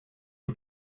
the